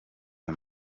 ayo